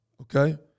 okay